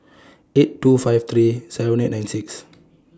eight two five three seven eight nine six